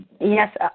Yes